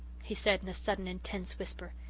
he said in a sudden, intense whisper,